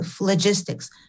logistics